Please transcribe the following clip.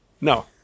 No